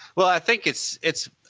well i think it's, it's,